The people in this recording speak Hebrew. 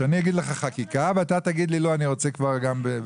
שאני אגיד לך חקיקה ואתה תגיד לי שאתה רוצה לקבוע בצו.